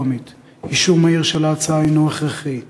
אישור מהיר של ההצעה הִנו הכרחי,